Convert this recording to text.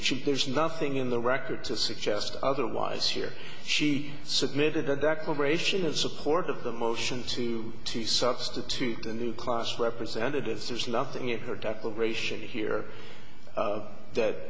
she there's nothing in the record to suggest otherwise here she submitted a declaration of support of the motion to to substitute the new class representatives there's nothing in her declaration here that